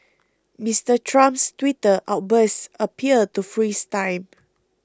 Mister Trump's Twitter outbursts appear to freeze time